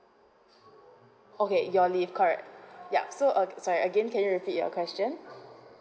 okay your leave correct ya so uh sorry again can you repeat your question